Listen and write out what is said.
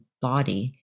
body